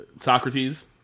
Socrates